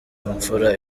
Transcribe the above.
imfura